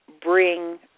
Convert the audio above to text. bring